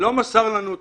לא מסר לנו תאריך,